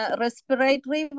respiratory